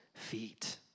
feet